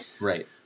Right